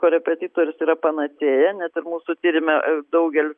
korepetitorius yra panacėja net ir mūsų tyrime daugelis